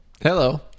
Hello